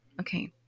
Okay